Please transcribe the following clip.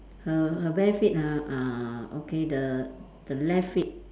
her her bare feet ah uh okay the the left feet